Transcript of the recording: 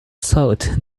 salt